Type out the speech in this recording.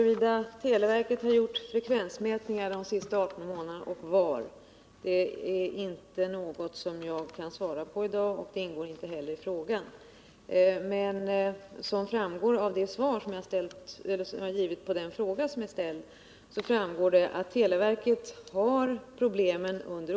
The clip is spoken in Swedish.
För några månader sedan aviserade vägverket nedläggning av ett antal vägstationer i Skåne.